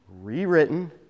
rewritten